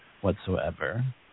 whatsoever